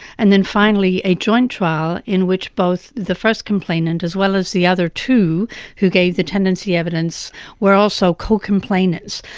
and then finally a joint trial in which both the first complainant as well as the other two who gave the tendency evidence were also co-complainants.